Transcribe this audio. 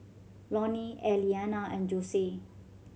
Lorne Eliana and Jose